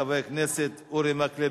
מס' 7899. חבר הכנסת אורי מקלב,